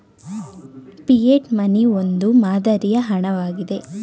fiat money ಒಂದು ಮಾದರಿಯ ಹಣ ವಾಗಿದೆ